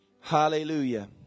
Hallelujah